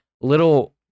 little